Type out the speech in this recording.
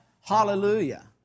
hallelujah